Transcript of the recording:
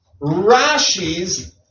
Rashi's